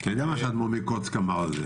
--- אתה יודע מה האדמו"ר מקוצק אמר על זה?